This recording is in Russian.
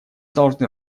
должны